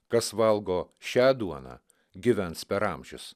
kas valgo šią duoną gyvens per amžius